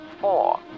four